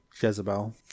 jezebel